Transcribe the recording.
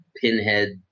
pinhead